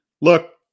Look